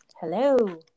Hello